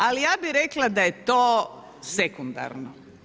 Ali ja bih rekla da je to sekundarno.